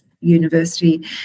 university